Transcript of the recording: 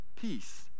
peace